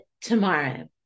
tomorrow